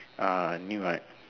uh new right